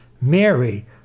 Mary